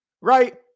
right